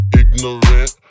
ignorant